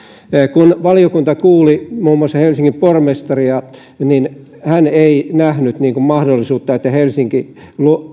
kun valiokunta kuuli muun muassa helsingin pormestaria niin hän ei nähnyt mahdollisuutta että helsinki